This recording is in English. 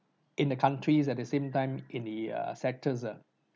in the countries at the same time in the err sectors uh